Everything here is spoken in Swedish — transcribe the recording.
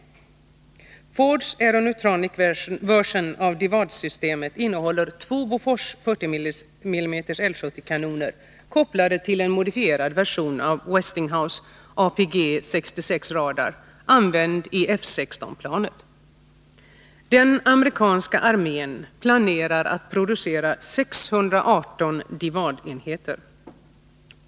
Fords Aeronutronic version av DIVAD-systemet innehåller två Bofors 40 mm L/70 kanoner kopplade till en modifierad version av Westinghouses APG 66 radar, använd i F 16-planet. Den amerikanska armén planerar att producera 618 DIVAD-enheter.